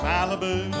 Malibu